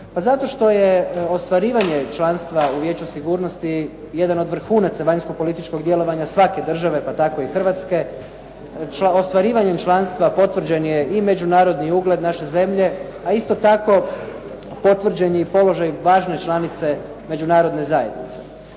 Zato što je ostvarivanje članstva u Vijeću sigurnosti jedan od vrhunaca vanjsko-političkog djelovanja svake države pa tako i Hrvatske. Ostvarivanjem članstva potvrđen je i međunarodni ugled naše zemlje a isto tako potvrđen je i položaj važne članice Međunarodne zajednice.